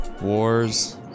Wars